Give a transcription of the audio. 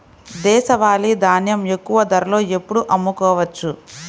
దేశవాలి ధాన్యం ఎక్కువ ధరలో ఎప్పుడు అమ్ముకోవచ్చు?